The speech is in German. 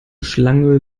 schlangenöl